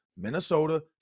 Minnesota